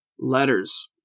letters